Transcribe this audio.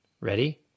Ready